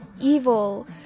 evil